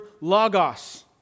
logos